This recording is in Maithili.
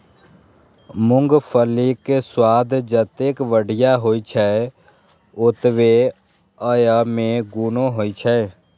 मूंगफलीक स्वाद जतेक बढ़िया होइ छै, ओतबे अय मे गुणो होइ छै